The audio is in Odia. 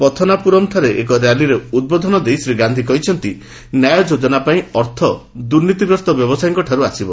ପଥନାପୁରମ୍ଠାରେ ଏକ ର୍ୟାଲିରେ ଉଦ୍ବୋଧନ ଦେଇ ଶ୍ରୀ ଗାନ୍ଧି କହିଛନ୍ତି ନ୍ୟାୟ ଯୋଜନା ପାଇଁ ଅର୍ଥ ଦୁର୍ନୀତିଗ୍ରସ୍ତ ବ୍ୟବସାୟୀମାନଙ୍କଠାରୁ ଆସିବ